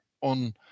on